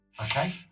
Okay